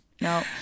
no